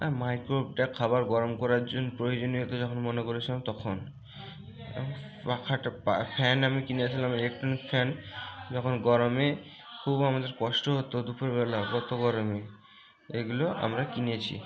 আর মাইক্রোওয়েভটা খাবার গরম করার জন প্রয়োজনীয়তা যখন মনে করেছিলাম তখন পাখাটা ফ্যান আমি কিনেছিলাম ইলেকট্রনিক ফ্যান যখন গরমে খুব আমাদের কষ্ট হতো দুপুরবেলা গত গরমে এগুলো আমরা কিনেছি